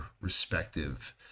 respective